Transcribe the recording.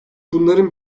bunların